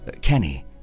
Kenny